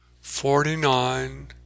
Forty-nine